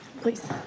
Please